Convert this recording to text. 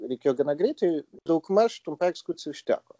reikėjo gana greitai daugmaž trumpai ekskursijai užteko